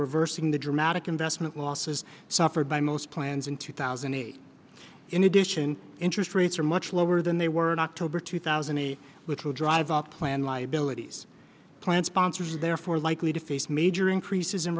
reversing the dramatic investment losses suffered by most plans in two thousand and eight in addition interest rates are much lower than they were knocked over two thousand and eight which will drive up plan liabilities plan sponsors therefore likely to face major increases in